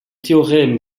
théorème